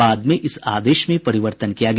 बाद में इस आदेश में परिवर्तन किया गया